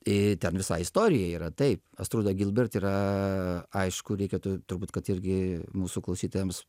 ten visa istorija yra taip astruda gilbert yra aišku reikėtų turbūt kad irgi mūsų klausytojams